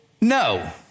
No